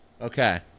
Okay